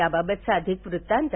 याबाबतचा अधिक वृत्तांत